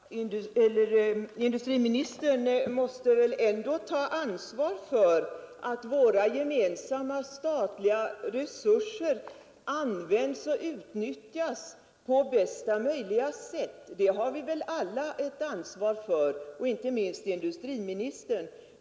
Herr talman! Industriministern måste väl ändå ta ansvar för att våra gemensamma statliga resurser utnyttjas på bästa möjliga sätt. Det har vi alla här ett ansvar för, inte minst industriministern.